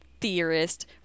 theorist